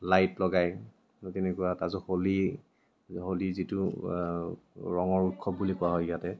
light লগাই ত' তেনেকুৱা এটা তাৰপিছত হলী হলী যিটো ৰঙৰ উৎসৱ বুলি কোৱা হয় ইয়াতে